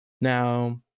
Now